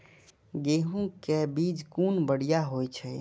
गैहू कै बीज कुन बढ़िया होय छै?